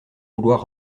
vouloir